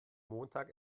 montag